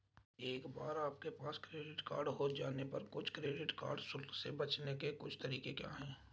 एक बार आपके पास क्रेडिट कार्ड हो जाने पर कुछ क्रेडिट कार्ड शुल्क से बचने के कुछ तरीके क्या हैं?